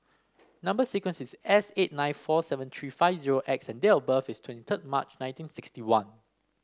number sequence is S eight nine four seven three five zero X and date of birth is twenty third March nineteen sixty one